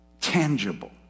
tangible